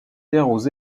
terres